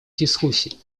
дискуссий